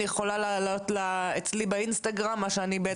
אני יכולה להעלות אצלי באינסטגרם מה שאני בעצם ממליצה.